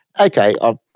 okay